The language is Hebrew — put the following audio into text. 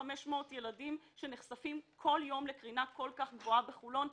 1,500 ילדים שנחשפים בכל יום לקרינה כל כך גבוהה בחולון.